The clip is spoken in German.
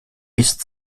ist